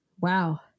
wow